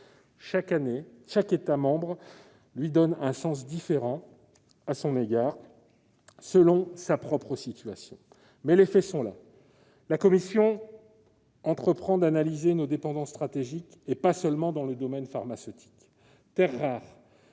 sémantique : chaque État membre leur donne un sens différent selon sa propre situation. Mais les faits sont là : la Commission entreprend d'analyser nos dépendances stratégiques, et pas seulement dans le domaine pharmaceutique. Terres rares,